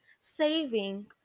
saving